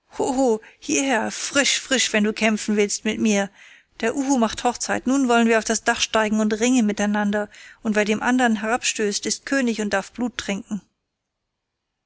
hieher frisch frisch wenn du kämpfen willst mit mir der uhu macht hochzeit nun wollen wir auf das dach steigen und ringen miteinander und wer den ändern herabstößt ist könig und darf blut trinken